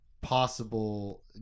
possible